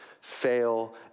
fail